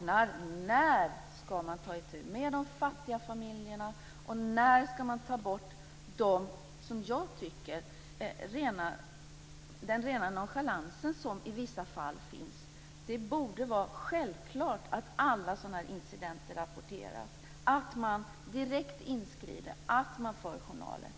undrar: När ska man ta itu med de fattiga familjerna? Och när ska man ta bort den, som jag tycker, rena nonchalansen som finns i vissa fall? Det borde vara självklart att alla sådana incidenter rapporteras, att man direkt inskrider och att man för journaler.